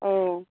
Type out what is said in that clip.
औ